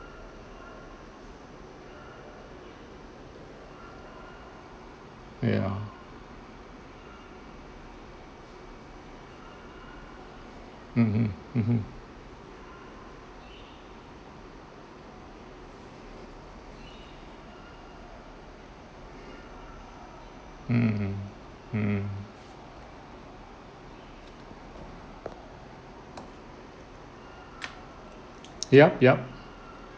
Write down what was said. ya mmhmm mmhmm mm mm yup yup